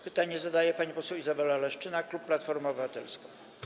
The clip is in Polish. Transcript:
Pytanie zadaje pani poseł Izabela Leszczyna, klub Platforma Obywatelska.